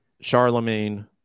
charlemagne